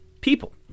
people